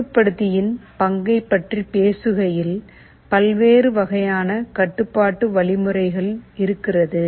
கட்டுப்படுத்தியின் பங்கைப் பற்றி பேசுகையில் பல்வேறு வகையான கட்டுப்பாட்டு வழிமுறைகள் இருக்கிறது